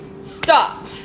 stop